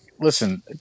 listen